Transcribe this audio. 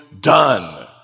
done